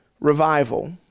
revival